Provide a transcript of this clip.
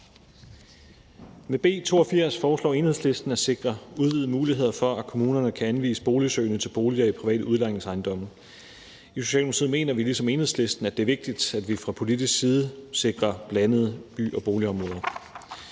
Med B 82 foreslår Enhedslisten at sikre udvidede muligheder for, at kommunerne kan anvise boligsøgende til boliger i private udlejningsejendomme. I Socialdemokratiet mener vi ligesom Enhedslisten, at det er vigtigt, at vi fra politisk side sikrer blandede by- og boligområder.